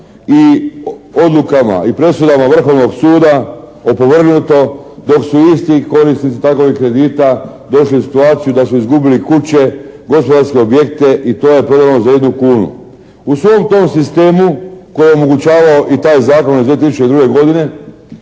i odlukama i presudama Vrhovnog suda opovrgnuto, dok su isti korisnici takovih kredita došli u situaciju da su izgubili kuće, gospodarske objekte i to je prodano za 1 kunu. U svom tom sistemu koji je omogućavao i taj zakon iz 2002. godine